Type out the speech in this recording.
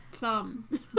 Thumb